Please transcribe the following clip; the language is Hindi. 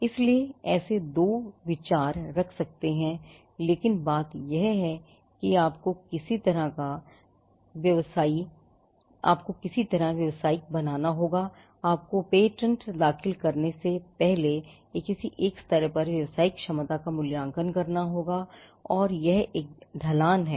इसलिए ऐसे दो विचार रख सकते हैं लेकिन बात यह है कि आपको किसी तरह का व्यावसायिक बनाना होगा आपको पेटेंट दाखिल करने से पहले किसी स्तर पर व्यावसायिक क्षमता का मूल्यांकन करना होगा और यह एक ढलान है